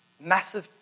Massive